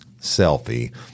selfie